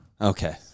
Okay